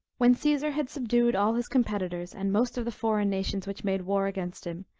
when caesar had subdued all his competitors, and most of the foreign nations which made war against him,